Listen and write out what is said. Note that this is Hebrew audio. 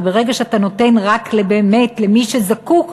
כי ברגע שאתה נותן רק למי שבאמת זקוק,